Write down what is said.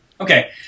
Okay